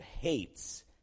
hates